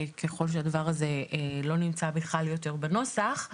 ככל שהדבר הזה לא נמצא בכלל יותר בנוסח.